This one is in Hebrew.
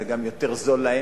זה יותר זול להן.